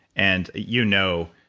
and you know,